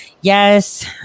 yes